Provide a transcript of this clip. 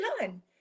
done